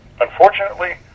Unfortunately